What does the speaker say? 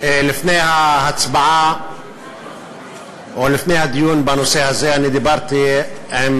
לפני ההצבעה או לפני הדיון בנושא הזה דיברתי עם